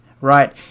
right